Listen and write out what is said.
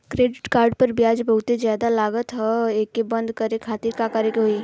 Credit card पर ब्याज बहुते ज्यादा लगत ह एके बंद करे खातिर का करे के होई?